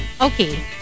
Okay